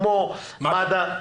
כמו מד"א,